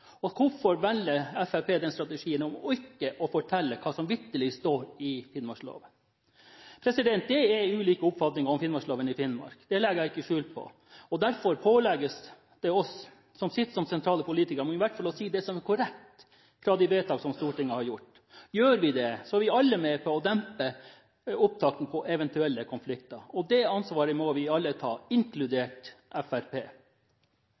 Og hvorfor velger Fremskrittspartiet denne strategien om ikke å fortelle hva som vitterlig står i finnmarksloven? Det er ulike oppfatninger om finnmarksloven i Finnmark, det legger jeg ikke skjul på. Derfor pålegges det oss som sitter som sentrale politikere, i hvert fall å si det som er korrekt ut fra de vedtak som Stortinget har gjort. Gjør vi det, er vi alle med på å dempe opptakten til eventuelle konflikter Det ansvaret må vi alle ta,